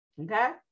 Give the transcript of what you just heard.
okay